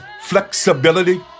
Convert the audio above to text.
flexibility